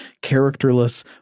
characterless